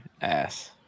ass